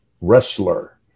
wrestler